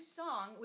song